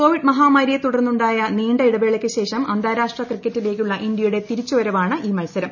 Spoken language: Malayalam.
കോവിഡ് മഹാമാരിയെതുടർന്നുണ്ടായ നീണ്ട ഇടവേളയ്ക്കു ശേഷം അന്താരാഷ്ട്ര ക്രിക്കറ്റിലേക്കുള്ള ഇന്ത്യയുടെ തിരിച്ചുവരവാണ് ഈ മത്സരം